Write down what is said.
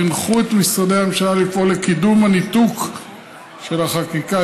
הנחו את משרדי הממשלה לפעול לקידום הניתוק של החקיקה